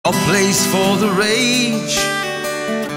A place for the rage